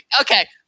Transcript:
Okay